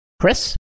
Chris